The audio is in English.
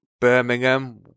Birmingham